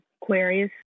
queries